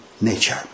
nature